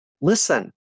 listen